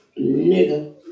nigga